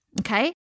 Okay